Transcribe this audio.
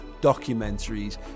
documentaries